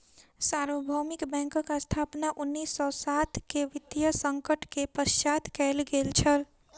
सार्वभौमिक बैंकक स्थापना उन्नीस सौ सात के वित्तीय संकट के पश्चात कयल गेल छल